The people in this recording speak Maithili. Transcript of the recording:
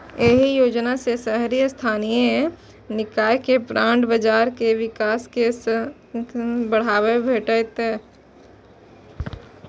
एहि योजना सं शहरी स्थानीय निकाय के बांड बाजार के विकास कें बढ़ावा भेटतै